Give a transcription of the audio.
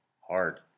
hard